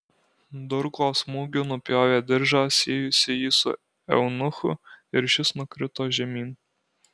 durklo smūgiu nupjovė diržą siejusį jį su eunuchu ir šis nukrito žemyn